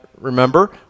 remember